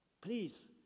please